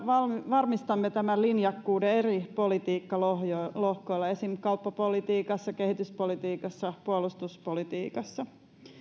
varmistamme tämän linjakkuuden eri politiikkalohkoilla esimerkiksi kauppapolitiikassa kehityspolitiikassa puolustuspolitiikassa